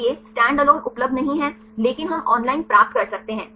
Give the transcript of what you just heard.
इसलिए स्टैंडअलोन उपलब्ध नहीं है लेकिन हम ऑनलाइन प्राप्त कर सकते हैं